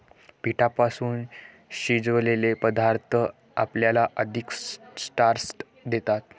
पिठापासून शिजवलेले पदार्थ आपल्याला अधिक स्टार्च देतात